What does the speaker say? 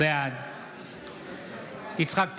בעד יצחק פינדרוס,